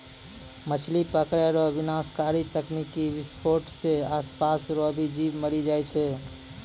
मछली पकड़ै रो विनाशकारी तकनीकी विसफोट से आसपास रो भी जीब मरी जाय छै